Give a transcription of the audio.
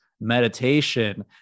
meditation